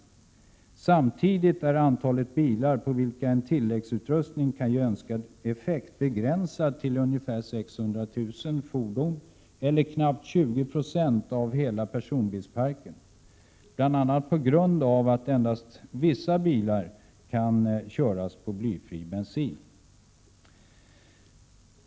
Samtidigt är antalet bilar, på vilka en tilläggsutrustning kan ge önskad effekt, begränsat till ungefär 600 000, eller knappt 20 26 av hela personbilsparken, bl. a: på grund av att endast vissa bilar kan köras på blyfri bensin.